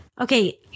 Okay